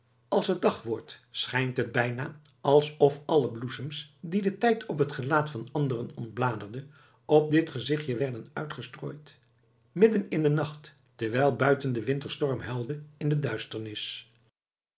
als het dag wordt schijnt het bijna alsof alle bloesems die de tijd op het gelaat van anderen ontbladerde op dit gezichtje werden uitgestrooid midden in den nacht terwijl buiten de winterstorm huilde in de duisternis